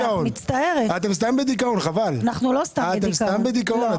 אנחנו לא סתם בדיכאון.